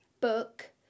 book